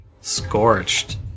Scorched